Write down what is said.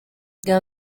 bwa